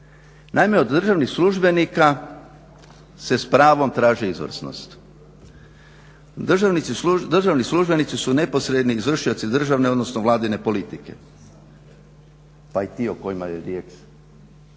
Naime, od državnih službenika se s pravom traži izvrsnost. Državni službenici su neposredni izvršioci državne, odnosno vladine politike, pa i ti o kojima je riječ